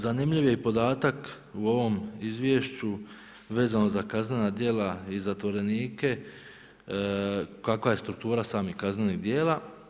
Zanimljiv je i podataka u ovom izvješću, vezano za kaznena djela i zatvorenike, kakva je struktura samih kaznenih djela.